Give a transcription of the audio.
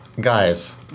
guys